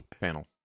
panel